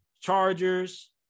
Chargers